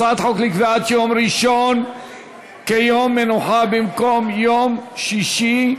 הצעת חוק לקביעת יום ראשון כיום מנוחה במקום יום שישי,